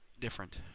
different